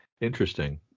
Interesting